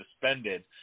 suspended